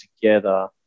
together